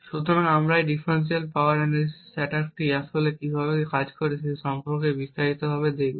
সুতরাং আমরা এই ডিফারেনশিয়াল পাওয়ার অ্যানালাইসিস অ্যাটাকটি আসলে কীভাবে কাজ করে সে সম্পর্কে বিস্তারিতভাবে দেখব